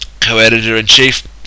co-editor-in-chief